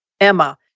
Emma